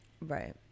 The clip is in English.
Right